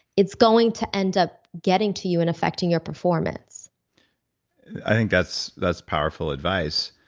it's going to end up getting to you and affecting your performance i think that's that's powerful advice.